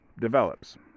develops